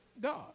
God